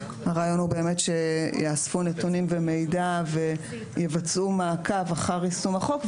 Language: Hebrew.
הרעיון הוא שיאספו נתונים ומידע ויבצעו מעקב אחר יישום החוק,